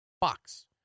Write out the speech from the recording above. box